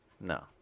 No